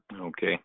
Okay